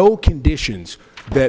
no conditions that